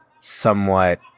somewhat